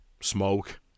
smoke